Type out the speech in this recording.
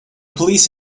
police